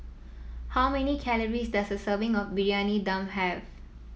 how many calories does a serving of Briyani Dum have